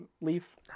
leaf